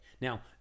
Now